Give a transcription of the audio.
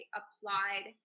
applied